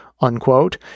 unquote